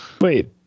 Wait